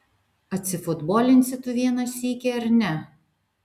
atsifutbolinsi tu vieną sykį ar ne